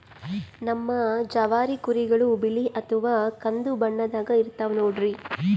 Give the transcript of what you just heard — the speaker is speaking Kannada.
ನಮ್ ಜವಾರಿ ಕುರಿಗಳು ಬಿಳಿ ಅಥವಾ ಕಂದು ಬಣ್ಣದಾಗ ಇರ್ತವ ನೋಡ್ರಿ